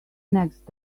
next